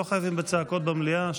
לא חייבים בצעקות במליאה.